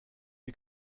you